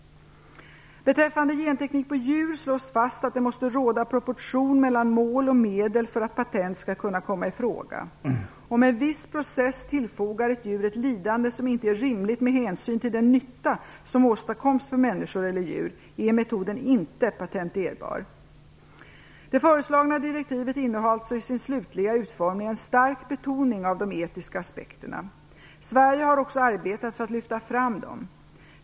Beträffande genteknik på djur slås fast att det måste råda proportion mellan mål och medel för att patent skall kunna komma i fråga. Om en viss process tillfogar ett djur ett lidande som inte är rimligt med hänsyn till den nytta som åstadkoms för människor eller djur, är metoden inte patenterbar. Det föreslagna direktivet innehåller alltså i sin slutliga utformning en stark betoning av de etiska aspekterna. Sverige har också arbetet för att lyfta fram dessa.